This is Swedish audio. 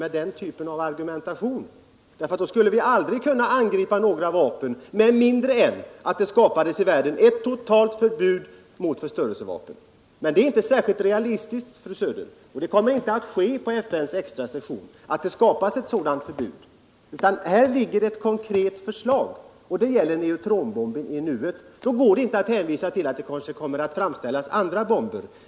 Med den inställningen skulle vi ju aldrig kunna ingripa med mindre än att det skapades ett totalt förbud mot förstöringsvapen i hela vår värld. Det är inte särskilt realistiskt, fru Söder. Det kommer inte att ske på FN:s extra session, utan där kommer att föreligga ett konkret förslag som gäller neutronbomben i nuet. Då går det inte att hänvisa till att det kanske kommer att framställas andra bomber.